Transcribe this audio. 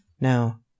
now